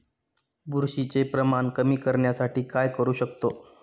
बुरशीचे प्रमाण कमी करण्यासाठी काय करू शकतो?